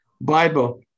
Bible